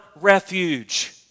refuge